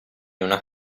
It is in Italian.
una